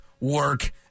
work